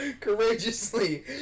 Courageously